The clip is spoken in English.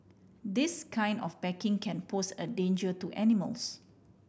this kind of packaging can pose a danger to animals